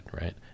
right